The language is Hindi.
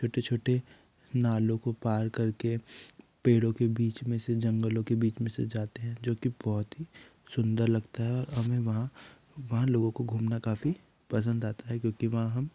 छोटे छोटे नालों को पार करके पेड़ों के बीच में से जंगलों के बीच में से जाते हैं जो कि बहुत ही सुन्दर लगता है और हमें वहाँ वहाँ लोगों को घूमना काफ़ी पसंद आता है क्योंकि वहाँ हम